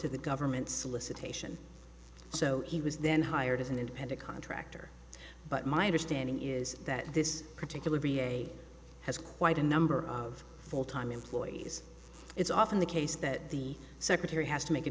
to the government's solicitation so he was then hired as an independent contractor but my understanding is that this particular v a has quite a number of full time employees it's often the case that the secretary has to make a